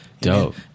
Dope